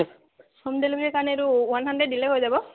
home ডেলিভাৰীৰ কাৰণে এইটো ওৱান হাণ্ড্ৰেড দিলেই হৈ যাব